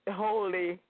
holy